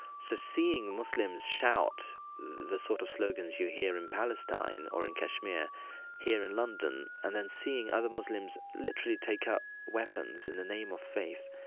so seeing muslims shout the sort of slogans you hear in palestine or in kashmir here in london, london, and then seeing other muslims literally take up weapons in the name of faith,